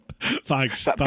Thanks